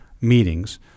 meetings